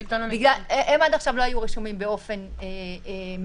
הם עד עכשיו לא היו רשומים באופן מפורש,